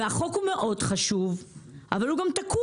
והחוק מאוד חשוב, אבל הוא גם תקוע,